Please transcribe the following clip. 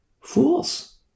Fools